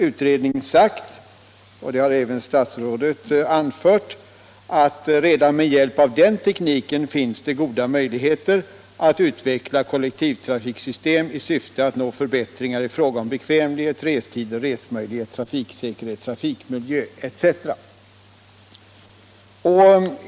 Utredningen har sagt — det har även statsrådet anfört — att det redan med hjälp av den tekniken finns goda möjligheter att utveckla kollektivtrafiksystem i syfte att nå förbättringar i fråga om bekvämlighet, restid, resmöjlighet, trafiksäkerhet, trafikmiljö etc.